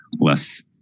less